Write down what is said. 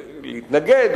להתנגד,